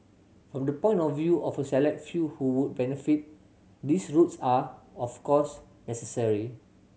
from the point of view of the select few who would benefit these routes are of course necessary